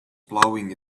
plowing